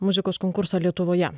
muzikos konkursą lietuvoje